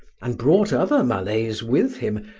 and brought other malays with him,